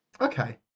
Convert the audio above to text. Okay